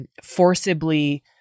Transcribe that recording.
Forcibly